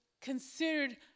considered